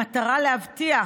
במטרה להבטיח